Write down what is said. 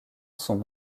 sont